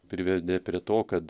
privedė prie to kad